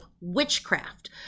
witchcraft